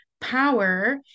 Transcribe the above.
power